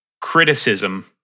criticism